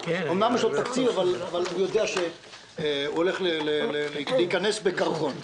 שאמנם יש לו תקציב אבל הוא יודע שהוא הולך להיכנס בקרחון.